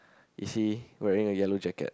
is he wearing a yellow jacket